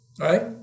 right